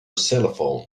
cellphone